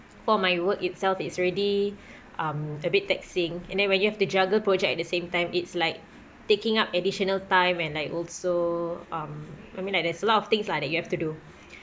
for my work itself is already um a bit taxing and then when you have to juggle project at the same time it's like taking up additional time and like also um I mean like there's a lot of things lah that you have to do